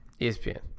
ESPN